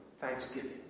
thanksgiving